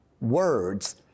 words